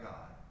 God